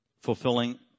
fulfilling